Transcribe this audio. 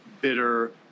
bitter